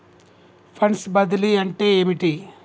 Funds బదిలీ అంటే ఏమిటి?